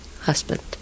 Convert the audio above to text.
husband